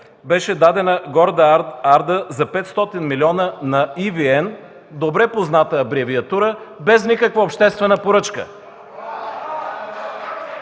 беше дадена за 500 милиона на ЕVN – добре позната абревиатура, без никаква обществена поръчка.